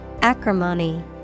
Acrimony